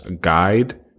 guide